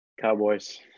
Cowboys